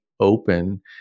open